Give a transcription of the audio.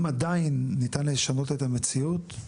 האם עדיין ניתן לשנות את המציאות?